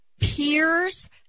peers